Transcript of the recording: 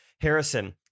Harrison